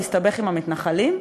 להסתבך עם המתנחלים?